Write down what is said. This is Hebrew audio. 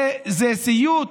זה סיוט,